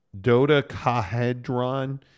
dodecahedron